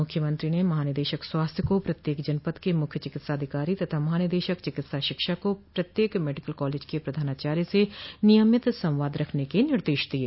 मुख्यमंत्री ने महानिदेशक स्वास्थ्य को प्रत्येक जनपद को मुख्य चिकित्साधिकारी तथा महानिदेशक चिकित्सा शिक्षा को प्रत्येक मेडिकल कॉलेज के प्रधानाचार्य से नियमित संवाद रखने के निर्देश दिये